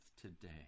today